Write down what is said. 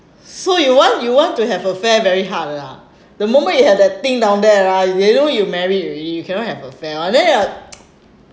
so you want you want to have affair very hard lah the moment you have that thing down there right they know you married already you cannot have affair [one] then